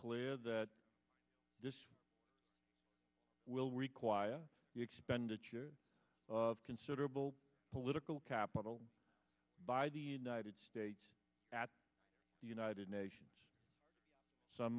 clear that this will require the expenditure of considerable political capital by the united states at the united nations some